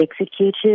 executed